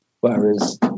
Whereas